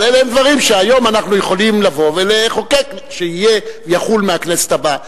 אבל אלה הם דברים שהיום אנחנו יכולים לבוא ולחוקק שיחולו מהכנסת הבאה,